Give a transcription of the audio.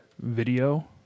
video